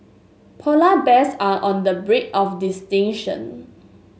polar bears are on the brink of